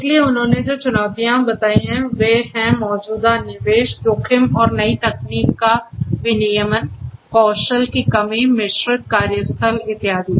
इसलिए उन्होंने जो चुनौतियां बताई हैं वे हैं मौजूदा निवेश जोखिम और नई तकनीक का विनियमन कौशल की कमी मिश्रित कार्यस्थल इत्यादि